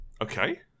Okay